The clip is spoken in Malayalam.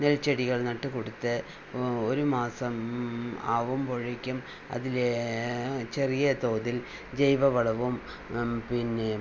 നെൽ ചെടികൾ നട്ടുകൊടുത്ത് ഒരുമാസം ആവുമ്പോഴേക്കും അതില് ചെറിയ തോതിൽ ജൈവ വളവും പിന്നെ